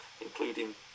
including